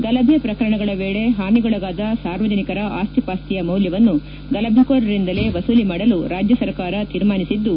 ಗಲಭೆ ಪ್ರಕರಣಗಳ ವೇಳೆ ಪಾನಿಗೊಳಗಾದ ಸಾರ್ವಜನಿಕರ ಅಸ್ತಿಪಾತ್ತಿಯ ಮೌಲ್ಕವನ್ನು ಗಲಭೆಕೋರಿಂದಲೇ ವಸೂಲಿ ಮಾಡಲು ರಾಜ್ಯ ಸರ್ಕಾರ ತೀರ್ಮಾನಿಸಿದ್ದು